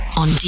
on